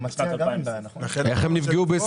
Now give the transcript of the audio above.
איך הם נפגעו?